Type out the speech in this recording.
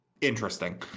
interesting